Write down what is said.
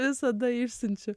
visada išsiunčiu